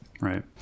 Right